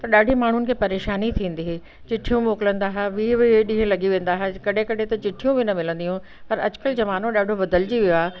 त ॾाढी माण्हुनि खे परेशानी थींदी हुई चिठियूं मोकिलंदा हुआ वीह वीह ॾींहं लॻी वेंदा हुआ कॾहिं कॾहिं त चिठियूं बि न मिलंदियूं पर अॼुकल्ह ज़माने ॾाढो बदिलजी वियो आहे